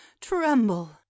tremble